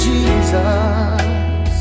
Jesus